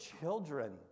children